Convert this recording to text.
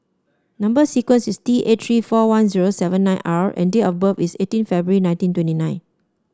number sequence is T eight three four one zero seven nine R and date of birth is eighteen February nineteen twenty nine